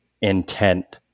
intent